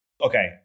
Okay